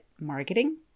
marketing